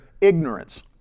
ignorance